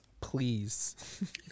Please